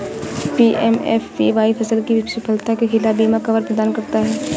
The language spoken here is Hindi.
पी.एम.एफ.बी.वाई फसल की विफलता के खिलाफ बीमा कवर प्रदान करता है